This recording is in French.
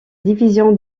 division